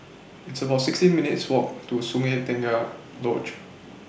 It's about sixteen minutes' Walk to Sungei Tengah Lodge